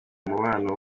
umubano